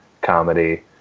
comedy